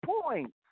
points